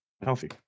healthy